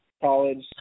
college